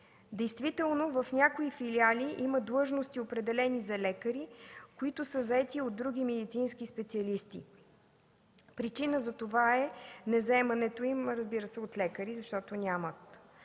Действително в някои филиали има длъжности, определени за лекари, които са заети от други медицински специалисти. Причина за това е незаемането им, разбира се, от лекари, защото няма.